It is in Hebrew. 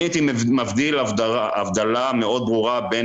אני הייתי מבדיל הבדלה מאוד ברורה בין